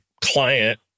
client